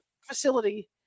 facility